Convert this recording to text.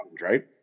right